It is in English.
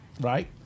Right